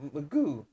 Magoo